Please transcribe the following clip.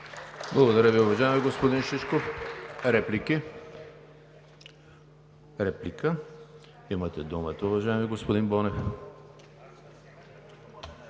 Благодаря Ви, уважаеми господин Шишков. Реплики? Реплика – имате думата, уважаеми господин Бонев.